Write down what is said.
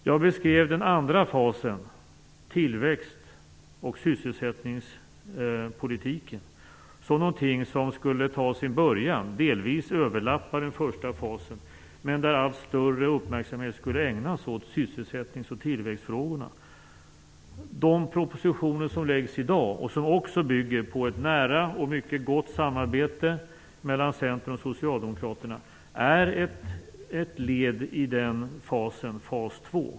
Jag beskrev den andra fasen, tillväxt och sysselsättningspolitiken, som något som delvis skulle överlappa den första fasen men där allt större uppmärksamhet skulle ägnas åt sysselsättnings och tillväxtfrågorna. De propositioner som läggs fram i dag och som också bygger på ett nära och mycket gott samarbete mellan Centern och Socialdemokraterna är ett led i den fasen, fas två.